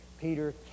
Peter